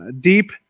deep